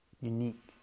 unique